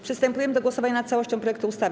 Przystępujemy do głosowania nad całością projektu ustawy.